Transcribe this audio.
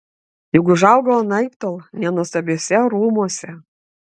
juk užaugau anaiptol ne nuostabiuose rūmuose